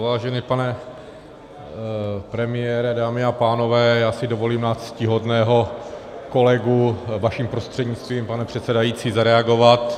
Vážený pane premiére, dámy a pánové, já si dovolím na ctihodného kolegu vaším prostřednictvím, pane předsedající, zareagovat.